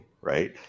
right